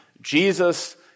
Jesus